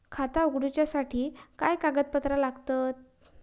खाता उगडूच्यासाठी काय कागदपत्रा लागतत?